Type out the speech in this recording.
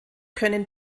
können